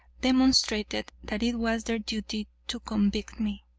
demonstrated that it was their duty to convict me.